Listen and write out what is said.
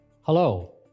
Hello